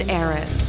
Aaron